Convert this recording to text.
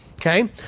okay